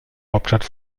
hauptstadt